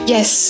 Yes